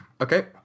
Okay